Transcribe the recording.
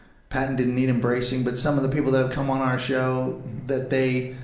patton didn't need embracing, but some of the people that have come on our show that they,